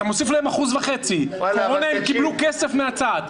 אתה מוסיף להם 1.5%. בקורונה הם קיבלו כסף מהצד.